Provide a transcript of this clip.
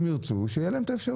אם ירצו שתהיה להם האפשרות.